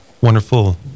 wonderful